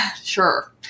Sure